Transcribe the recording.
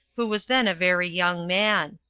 who was then a very young man,